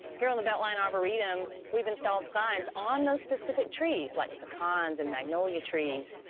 here on the beltline arboretum, we've installed signs on those specific trees, like pecans and magnolia trees.